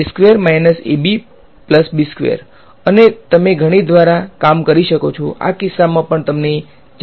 તેથી અને તમે ગણિત દ્વારા કામ કરી શકો છો આ કિસ્સામાં પણ તમને 4 જવાબ મળશે